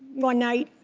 one night.